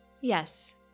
Yes